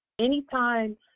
Anytime